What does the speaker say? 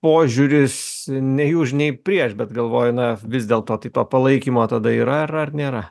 požiūris nei už nei prieš bet galvoju na vis dėlto tai pa palaikymo tada yra ar ar nėra